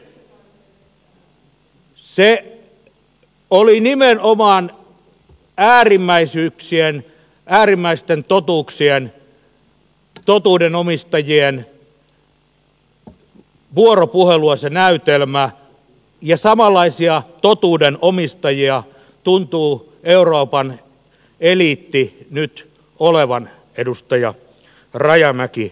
se näytelmä oli nimenomaan äärimmäisyyksien äärimmäisten totuuksien totuuden omistajien vuoropuhelua ja samanlaisia totuuden omistajia tuntuu euroopan eliitti nyt olevan edustaja rajamäki